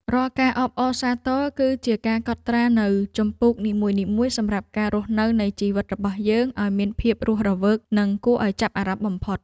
រាល់ការអបអរសាទរគឺជាការកត់ត្រានូវជំពូកនីមួយៗសម្រាប់ការរស់នៅនៃជីវិតរបស់យើងឱ្យមានភាពរស់រវើកនិងគួរឱ្យចាប់អារម្មណ៍បំផុត។